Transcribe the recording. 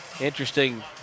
interesting